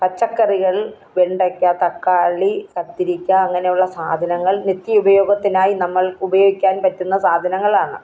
പച്ചക്കറികൾ വെണ്ടയ്ക്ക തക്കാളി കത്തിരിക്ക അങ്ങനെയുള്ള സാധനങ്ങൾ നിത്യോപയോഗത്തിനായി നമ്മൾ ഉപയോഗിക്കാൻ പറ്റുന്ന സാധനങ്ങളാണ്